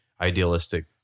idealistic